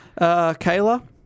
Kayla